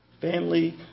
family